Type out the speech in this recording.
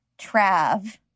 Trav